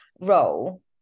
role